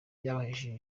byahesheje